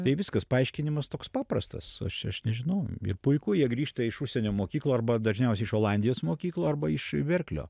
tai viskas paaiškinimas toks paprastas aš aš nežinau ir puiku jie grįžta iš užsienio mokyklų arba dažniausiai iš olandijos mokyklų arba iš berklio